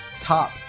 top